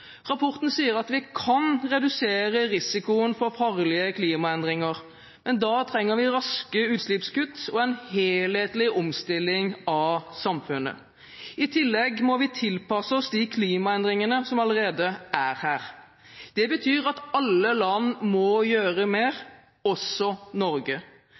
at vi kan redusere risikoen for farlige klimaendringer, men da trenger vi raske utslippskutt og en helhetlig omstilling av samfunnet. I tillegg må vi tilpasse oss de klimaendringene som allerede er her. Det betyr at alle land må gjøre mer, også Norge.